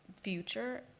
future